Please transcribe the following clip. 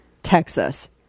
texas